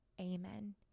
Amen